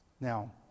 Now